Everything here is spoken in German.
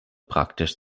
praktisch